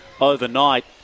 overnight